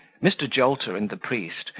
mr. jolter and the priest,